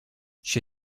c’è